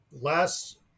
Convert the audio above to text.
last